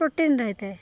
protein ରହିଥାଏ